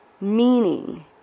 meaning